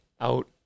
out